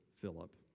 Philip